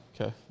Okay